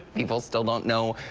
people still don't know,